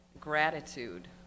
gratitude